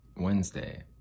Wednesday